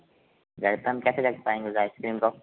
घर पे हम कैसे रख पाएंगे उस आइसक्रीम को